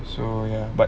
so ya but